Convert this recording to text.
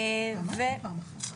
פעמיים או פעם אחת?